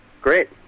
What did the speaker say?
Great